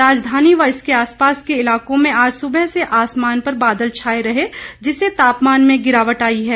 राजधानी व इसके आसपास के इलाकों में आज सुबह से आसमान पर बादल छाए रहे जिससे तापमान में गिरावट आई है